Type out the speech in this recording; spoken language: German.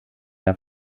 der